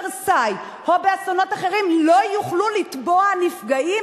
ורסאי" או באסונות אחרים לא יוכלו לתבוע הנפגעים